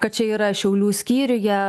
kad čia yra šiaulių skyriuje